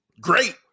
great